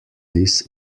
this